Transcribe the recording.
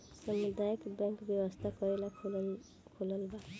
सामुदायक बैंक व्यवसाय करेला खोलाल बा